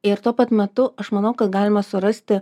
ir tuo pat metu aš manau kad galima surasti